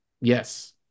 yes